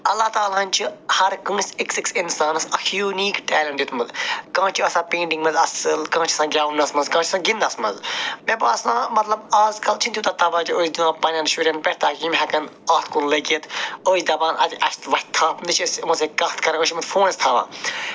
اللہ تعالیٰ ہَن چھِ ہر کٲنٛسہِ أکِس أکِس اِنسانَس اَکھ یوٗنیٖک ٹٮ۪لنٛٹ دیُتمُت کانٛہہ چھِ آسان پینٛٹِنٛگ منٛز اَصٕل کانٛہہ چھِ آسان گٮ۪ونَس منٛز کانٛہہ چھِ آسان گِنٛدنَس منٛز مےٚ باسان مطلب آز کَل چھِنہٕ تیوٗتاہ توجہ أسۍ دِوان پنٛنٮ۪ن شُرٮ۪ن پٮ۪ٹھ تاکہ یِم ہٮ۪کَن اَتھ کُن لٔگِتھ أسۍ دپان اَدٕ اَسہِ وَتھِ تھپھ نہ چھِ أسۍ یِمَن سۭتۍ کَتھ کران فونَس تھاوان